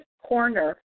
corner